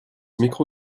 mikro